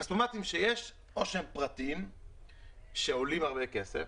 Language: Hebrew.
הכספומטים שיש הם פרטיים ועולים הרבה כסף.